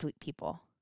people